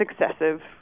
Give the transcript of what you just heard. excessive